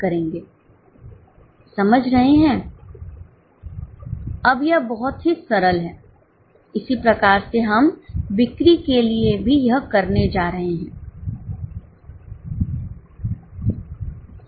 अब यह बहुत ही सरल हैइसी प्रकार से हम बिक्री के लिए भी यह करने जा रहे हैं 111